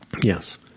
Yes